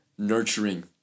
Nurturing